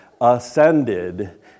ascended